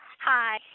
Hi